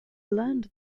learned